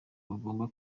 bagomba